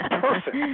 Perfect